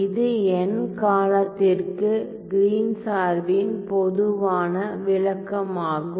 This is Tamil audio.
இது n காலத்திற்கு கிரீன் Green's சார்பின் பொதுவான விளக்கமாகும்